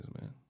man